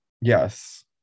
Yes